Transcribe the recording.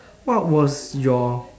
what was your